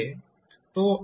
તો આપણે શું કરી શકીએ